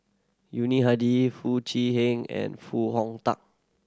Yuni Hadi Foo Chee Han and Foo Hong Tatt